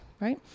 right